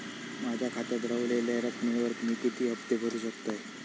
माझ्या खात्यात रव्हलेल्या रकमेवर मी किती हफ्ते भरू शकतय?